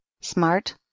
smart